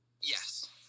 Yes